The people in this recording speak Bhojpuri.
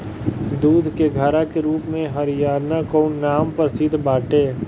दूध के घड़ा के रूप में हरियाणा कअ नाम प्रसिद्ध बाटे